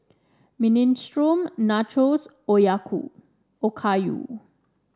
Minestrone Nachos Oyaku Okayu